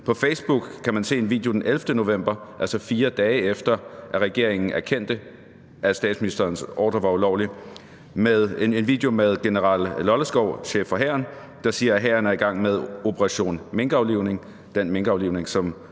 På Facebook kan man den 11. november, altså 4 dage efter at regeringen erkendte, at statsministerens ordre var ulovlig, se en video med general Lollesgaard, chef for hæren, der siger, at hæren er i gang med operation minkaflivning – den minkaflivning, som